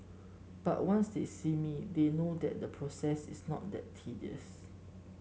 but once they see me they know that the process is not that tedious